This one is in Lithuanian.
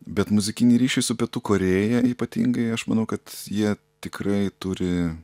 bet muzikiniai ryšiai su pietų korėja ypatingai aš manau kad jie tikrai turi